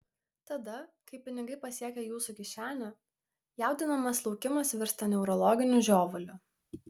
tada kai pinigai pasiekia jūsų kišenę jaudinamas laukimas virsta neurologiniu žiovuliu